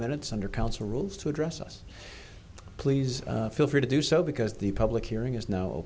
minutes under council rules to address us please feel free to do so because the public hearing is now